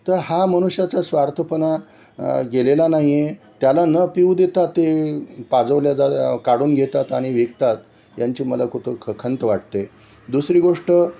तर हा मनुष्याचा स्वार्थपणा गेलेला नाही आहे त्याला न पिऊ देता ते पाजवल्या जा काढून घेतात आणि विकतात यांची मला कुठं ख खंत वाटते दुसरी गोष्ट